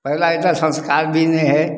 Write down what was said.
पहिला जकाँ संस्कार भी नहि हइ